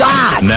God